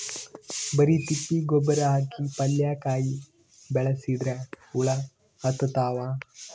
ಬರಿ ತಿಪ್ಪಿ ಗೊಬ್ಬರ ಹಾಕಿ ಪಲ್ಯಾಕಾಯಿ ಬೆಳಸಿದ್ರ ಹುಳ ಹತ್ತತಾವ?